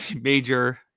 major